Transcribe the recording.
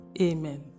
Amen